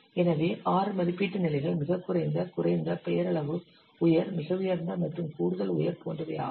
எனவே ஆறு மதிப்பீட்டு நிலைகள் மிகக் குறைந்த குறைந்த பெயரளவு உயர் மிக உயர்ந்த மற்றும் கூடுதல் உயர் போன்றவை ஆகும்